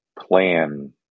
plan